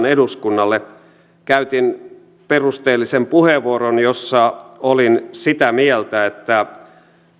eduskunnalle käytin perusteellisen puheenvuoron jossa olin sitä mieltä että